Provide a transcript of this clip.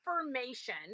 information